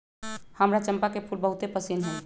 हमरा चंपा के फूल बहुते पसिन्न हइ